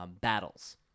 battles